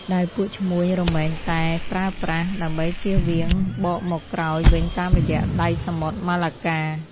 ដែលពួកឈ្មួញរមែងតែប្រើប្រាស់ ដើម្បីចៀសវាងបកមកក្រោយវិញតាមរយៈ ដៃសមុទ្រ ម៉ាឡាកា។